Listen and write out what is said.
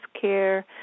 care